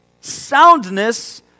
soundness